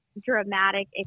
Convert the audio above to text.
dramatic